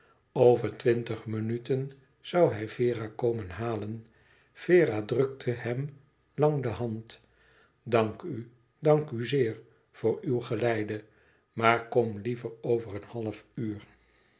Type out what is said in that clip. twintig minuten zoû hij vera komen halen vera drukte hem lang de hand dank u dank u zeer voor uw geleide maar kom liever over een half uur